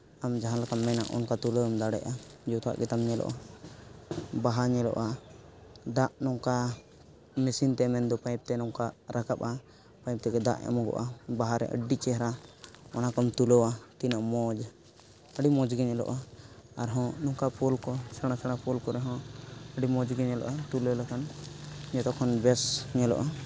ᱟᱢ ᱡᱟᱦᱟᱸ ᱞᱮᱠᱟᱢ ᱢᱮᱱᱟ ᱚᱱᱠᱟ ᱛᱩᱞᱟᱹᱣ ᱮᱢ ᱫᱟᱲᱮᱭᱟᱜᱼᱟ ᱡᱚᱛᱚᱣᱟᱜ ᱜᱮᱛᱟᱢ ᱧᱮᱞᱚᱜᱼᱟ ᱵᱟᱦᱟ ᱧᱮᱞᱚᱜᱼᱟ ᱫᱟᱜ ᱱᱚᱝᱠᱟ ᱢᱮᱥᱤᱱᱛᱮ ᱢᱮᱱ ᱫᱚ ᱯᱟᱹᱭᱤᱯᱛᱮ ᱱᱚᱝᱠᱟ ᱨᱟᱠᱟᱵᱽᱼᱟ ᱯᱟᱭᱤᱯ ᱛᱮᱜᱮ ᱫᱟᱜ ᱮᱢᱚᱜᱼᱟ ᱵᱟᱦᱟ ᱨᱮ ᱟᱹᱰᱤ ᱪᱮᱦᱨᱟ ᱚᱱᱟᱠᱚᱢ ᱛᱩᱞᱟᱹᱣᱟ ᱛᱤᱱᱟᱹᱜ ᱢᱚᱡᱽ ᱟᱹᱰᱤ ᱢᱚᱡᱽᱜᱮ ᱧᱮᱞᱚᱜᱼᱟ ᱟᱨ ᱦᱚᱸ ᱱᱚᱝᱠᱟ ᱯᱳᱞ ᱠᱚ ᱥᱮᱬᱟ ᱥᱮᱬᱟ ᱯᱳᱞ ᱠᱚᱨᱮ ᱦᱚᱸ ᱟᱹᱰᱤ ᱢᱚᱡᱽᱜᱮ ᱧᱮᱞᱚᱜᱼᱟ ᱛᱩᱞᱟᱹᱣ ᱞᱮᱠᱷᱟᱱ ᱡᱚᱛᱚ ᱠᱷᱚᱱ ᱵᱮᱥ ᱧᱮᱞᱚᱜᱼᱟ